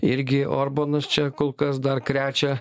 irgi orbanas čia kol kas dar krečia